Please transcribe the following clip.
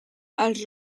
els